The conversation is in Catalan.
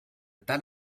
tant